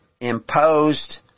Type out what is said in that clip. imposed